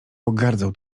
pogardzał